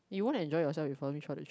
you want to enjoy yourself for the trip